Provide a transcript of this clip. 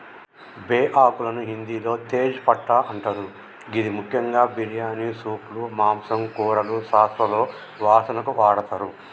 బేఆకులను హిందిలో తేజ్ పట్టా అంటరు గిది ముఖ్యంగా బిర్యానీ, సూప్లు, మాంసం, కూరలు, సాస్లలో వాసనకు వాడతరు